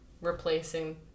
replacing